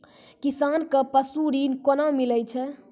किसान कऽ पसु ऋण कोना मिलै छै?